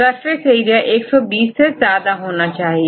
surface एरिया120 से ज्यादा होना चाहिए